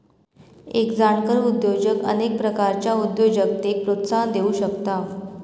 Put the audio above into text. एक जाणकार उद्योजक अनेक प्रकारच्या उद्योजकतेक प्रोत्साहन देउ शकता